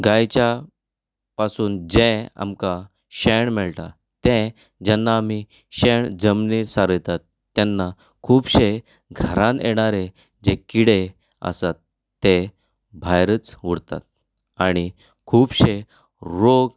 गायच्या पासून जें आमकां शेण मेळटा तें जेन्ना आमी शेण जमनीर सारयतात तेन्ना खुबशे घरांत येणारे जे किडे आसात ते भायरच उरतात आनी खुबशे रोग